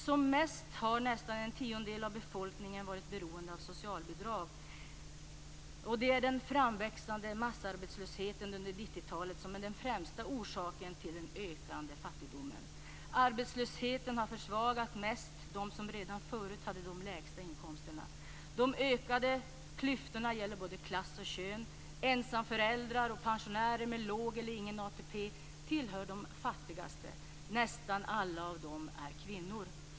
Som mest har nästan en tiondel av befolkningen varit beroende av socialbidrag. Det är den framväxande massarbetslösheten under 90-talet som är den främsta orsaken till den ökande fattigdomen. Arbetslösheten har mest försvagat dem som redan förut hade de lägsta inkomsterna. De ökade klyftorna gäller både klass och kön. Ensamföräldrar och pensionärer med låg eller ingen ATP tillhör de fattigaste. Nästan alla i dessa grupper är kvinnor.